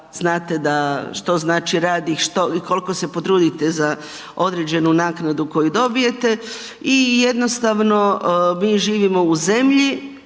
znate da što znači rad i koliko se potrudite za određenu naknadu koju dobijete i jednostavno mi živimo u zemlji